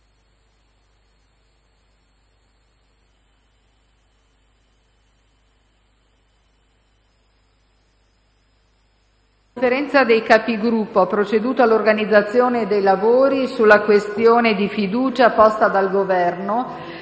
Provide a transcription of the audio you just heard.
La Conferenza dei Capigruppo ha proceduto all'organizzazione dei lavori sulla questione di fiducia posta dal Governo